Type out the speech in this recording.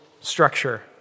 structure